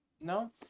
No